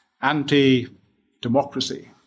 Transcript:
anti-democracy